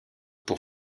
pour